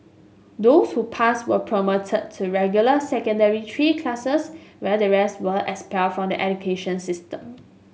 those who passed were promoted to regular Secondary Three classes while the rest were expelled from the education system